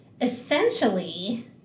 essentially